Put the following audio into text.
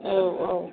औ औ